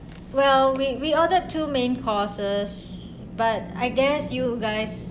well we we ordered two main courses but I guess you guys